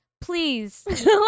please